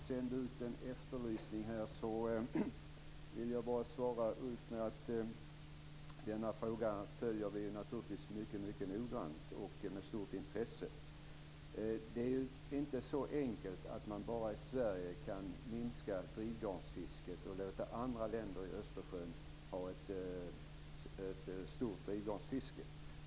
Fru talman! Jag hade inte tänkt begära replik, men eftersom Ulf Kero sände ut en efterlysning vill jag bara svara att vi naturligtvis följer denna fråga mycket noggrant och med stort intresse. Det är inte så enkelt att man bara i Sverige kan begränsa drivgarnsfisket och låta andra länder vid Östersjön ha ett stort drivgarnsfiske.